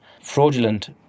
fraudulent